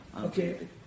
Okay